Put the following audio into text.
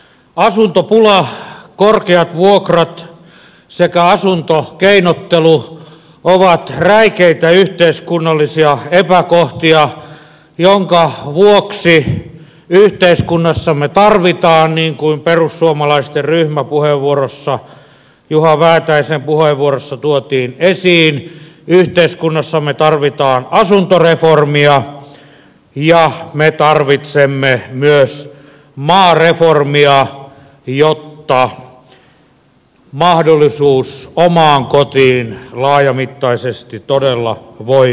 asuntopula korkeat vuokrat sekä asuntokeinottelu ovat räikeitä yhteiskunnallisia epäkohtia joiden vuoksi yhteiskunnassamme tarvitaan niin kuin perussuomalaisten ryhmäpuheenvuorossa juha väätäisen puheenvuorossa tuotiin esiin asuntoreformia ja me tarvitsemme myös maareformia jotta mahdollisuus omaan kotiin laajamittaisesti todella voi toteutua